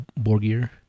Borgir